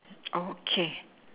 okay